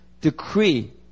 decree